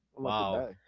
Wow